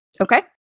Okay